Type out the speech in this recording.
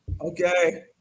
Okay